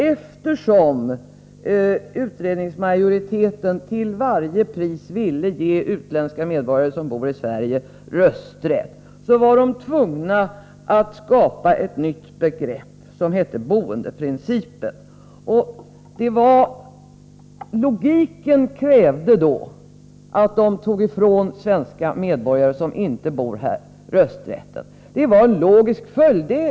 Eftersom utredningsmajoriteten till varje pris ville ge utländska medborgare som bor i Sverige rösträtt, var man tvungen att skapa ett nytt begrepp, som hette boendeprincipen. Logiken krävde då att man tog rösträtten ifrån svenska medborgare som inte bor här. Det var en logiskt följd.